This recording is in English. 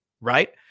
Right